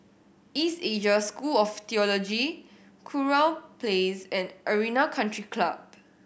East Asia School of Theology Kurau Place and Arena Country Club